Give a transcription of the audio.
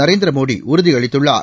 நரேந்திரமோடி உறுதி அளித்துள்ளார்